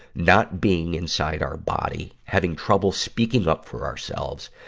not being inside our body, having trouble speaking up for ourselves,